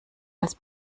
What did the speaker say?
als